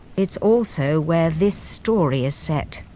it's also where this story is set.